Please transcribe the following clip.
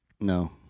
No